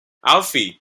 alfie